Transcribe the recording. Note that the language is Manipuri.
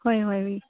ꯍꯣꯏ ꯍꯣꯏ